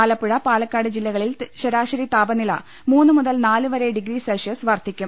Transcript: ആലപ്പുഴ പാലക്കാട് ജില്ലകളിൽ ശരാശരി താപനില മൂന്നു മുതൽ നാല് വരെ ഡിഗ്രി സെൽഷ്യസ് വർധിക്കും